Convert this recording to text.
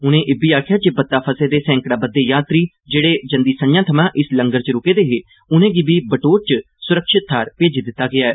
उनें इब्बी आखेआ जे बत्ता फसे दे सैंकड़ां बद्दे यात्री जेहड़े जंदी संज्ञां थमां इस लंगर च रूके दे हे उनें'गी बी बटोत च सुरक्षित थाहरें भेजी दित्ता गेआ ऐ